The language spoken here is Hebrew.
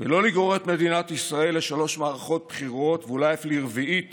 ולא לגרור את מדינת ישראל לשלוש מערכות בחירות ואולי אף לרביעית